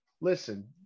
Listen